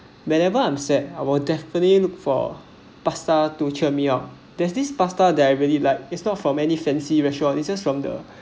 whenever I'm set I'll definitely look for pasta to cheer me up there's this pasta that I really like is not from many fancy restaurants just from the